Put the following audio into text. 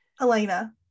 Elena